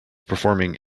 performing